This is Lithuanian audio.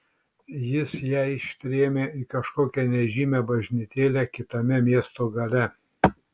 jis ją ištrėmė į kažkokią nežymią bažnytėlę kitame miesto gale